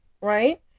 right